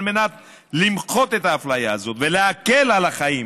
מנת למחוק את ההפליה הזאת ולהקל את החיים